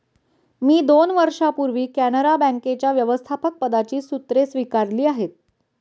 मी दोन वर्षांपूर्वी कॅनरा बँकेच्या व्यवस्थापकपदाची सूत्रे स्वीकारली आहेत